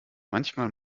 manchmal